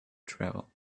travel